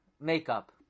makeup